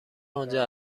آنجا